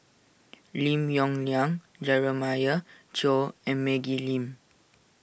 Lim Yong Liang Jeremiah Choy and Maggie Lim